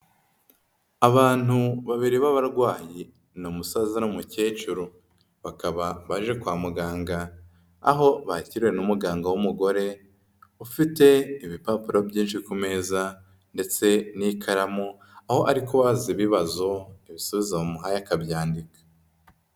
Abantu babiri b'abarwawanyi ni umusaza n'umukecuru, bakaba baje kwa muganga aho bakiriwe n'umuganga w'umugore ufite ibipapuro byinshi ku meza ndetse n'ikaramu aho ari kubabaza ibibazo, ibisubizo bamuhaye akabyandika.